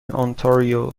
ontario